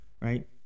Right